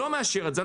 לא מאשר את זה.